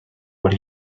what